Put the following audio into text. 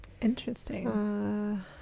interesting